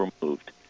removed